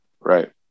right